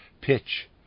Pitch